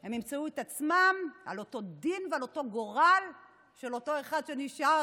הם ימצאו את עצמם עם אותו דין ועם אותו גורל של אותו אחד שנשאר